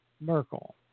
Merkel